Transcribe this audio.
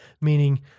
meaning